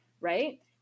right